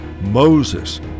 Moses